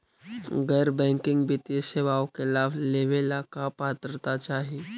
गैर बैंकिंग वित्तीय सेवाओं के लाभ लेवेला का पात्रता चाही?